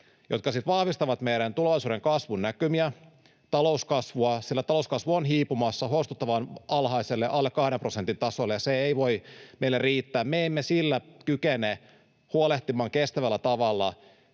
jotka vahvistavat meidän tulevaisuuden kasvunäkymiä, talouskasvua. Talouskasvu on hiipumassa huolestuttavan alhaiselle, alle kahden prosentin tasolle, ja se ei voi meille riittää. Me emme sillä kykene huolehtimaan kestävällä tavalla